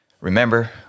Remember